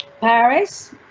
Paris